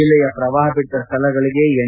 ಜೆಲ್ಲೆಯ ಪ್ರವಾಹ ಪೀಡಿತ ಸ್ವಳಗಳಿಗೆ ಎನ್